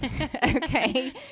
okay